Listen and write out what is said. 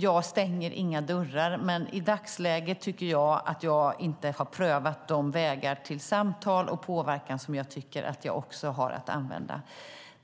Jag stänger inga dörrar, men i dagsläget tycker jag inte att jag har prövat de vägar till samtal och påverkan som jag också har att använda.